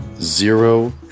zero